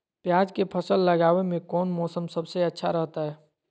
प्याज के फसल लगावे में कौन मौसम सबसे अच्छा रहतय?